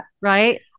Right